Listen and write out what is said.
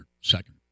second